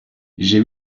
j’ai